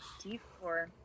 D4